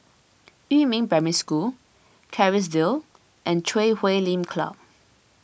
Yumin Primary School Kerrisdale and Chui Huay Lim Club